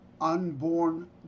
unborn